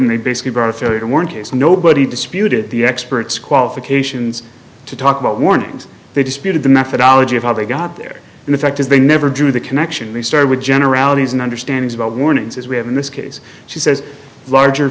and they basically brought a third one case nobody disputed the experts qualifications to talk about warnings they disputed the methodology of how they got there and the fact is they never do the connection they start with generalities and understand about warnings as we have in this case she says larger